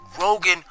Rogan